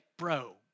bro